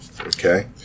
Okay